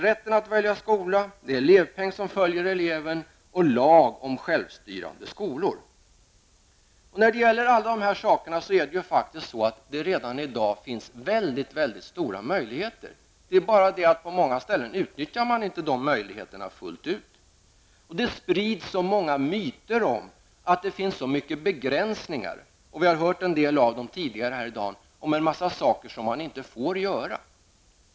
Rätten att välja skola, elevpeng som följer eleven och lag om självstyrande skolor. Det finns redan i dag väldigt stora möjligheter för alla de här sakerna. Det är bara det att man på många ställen inte utnyttjar möjligheterna fullt ut. Det sprids så många myter om att det finns många begränsningar. Vi har hört en del av dem tidigare i dag om en mängd saker som man inte får göra.